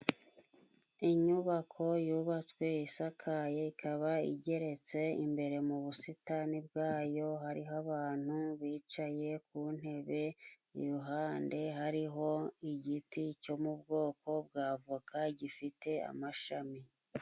Inyubako yubatswe isakaye ikaba igeretse imbere mu busitani bwayo, hariho abantu bicaye ku ntebe iruhande hariho igiti cyo mu bwoko bw' avoka gifite amashami.